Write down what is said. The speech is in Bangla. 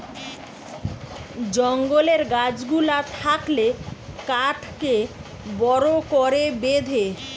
জঙ্গলের গাছ গুলা থাকলে কাঠকে বড় করে বেঁধে